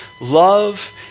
love